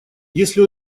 если